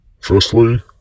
Firstly